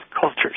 cultures